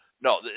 No